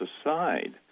aside